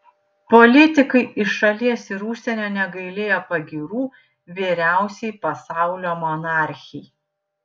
politikai iš šalies ir užsienio negailėjo pagyrų vyriausiai pasaulio monarchei